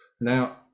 Now